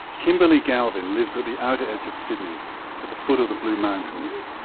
kimberley galvin lives at the outer edge of sydney, at the foot of the blue mountains.